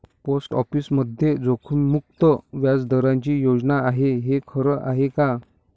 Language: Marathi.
पोस्ट ऑफिसमध्ये जोखीममुक्त व्याजदराची योजना आहे, हे खरं आहे का?